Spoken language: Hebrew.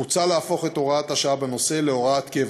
מוצע להפוך את הוראת השעה בנושא להוראת קבע.